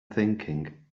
thinking